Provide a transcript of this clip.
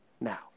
now